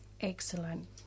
excellent